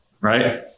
right